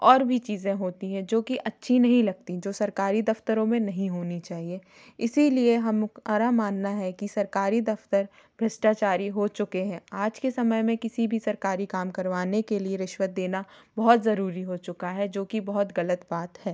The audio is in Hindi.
और भी चीज़ें होती है जो कि अच्छी नहीं लगती जो सरकारी दफ्तरों में नहीं होनी चाहिए इसीलिए हमारा मानना है कि सरकारी दफ़्तर भ्रष्टाचार हो चुके हैं आज के समय में किसी भी सरकारी काम करवाने के लिए रिश्वत देना बहुत ज़रूरी हो चुका है जो कि बहुत गलत बात है